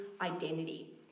identity